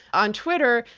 on twitter,